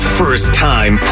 first-time